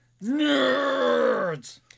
Nerds